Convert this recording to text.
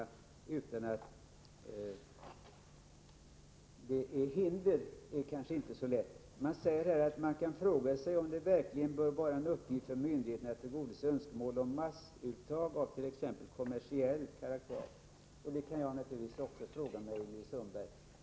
Det framhålls i direktiven att man verkligen kan fråga sig om det bör vara en uppgift för myndigheterna att tillgodose önskemål om massuttag av t.ex. kommersiell karaktär. Det kan naturligtvis också jag fråga mig, Ingrid Sundberg.